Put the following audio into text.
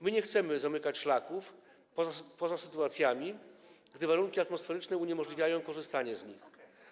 My nie chcemy zamykać szlaków, poza sytuacjami gdy warunki atmosferyczne uniemożliwiają korzystanie z nich.